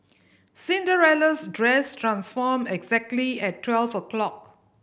Cinderella's dress transformed exactly at twelve o' clock